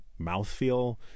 mouthfeel